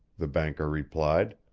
the banker replied.